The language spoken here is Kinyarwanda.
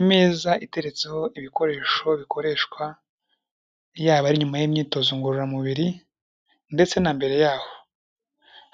Imeza iteretseho ibikoresho bikoreshwa iyaba ari nyuma y'imyitozo ngororamubiri ndetse na mbere yaho